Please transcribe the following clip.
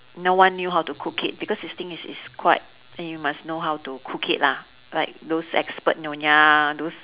no one knew how to cook it because this thing it's it's quite then you must know how to cook it lah like those expert nyonya those